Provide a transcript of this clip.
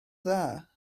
dda